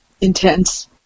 intense